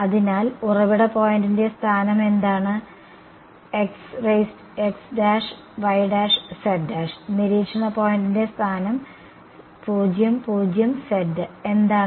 അതിനാൽ ഉറവിട പോയിന്റിന്റെ സ്ഥാനം എന്താണ് xyz നിരീക്ഷണ പോയിന്റിന്റെ സ്ഥാനം 00z എന്താണ്